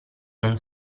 non